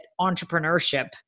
entrepreneurship